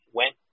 went